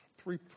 three